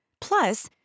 Plus